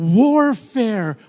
warfare